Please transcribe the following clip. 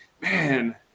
man